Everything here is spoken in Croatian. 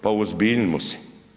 Pa uozbiljimo se.